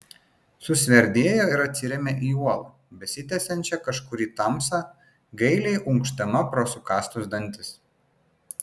susverdėjo ir atsirėmė į uolą besitęsiančią kažkur į tamsą gailiai unkšdama pro sukąstus dantis